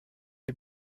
les